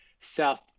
south